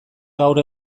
gaur